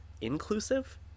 inclusive